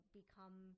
become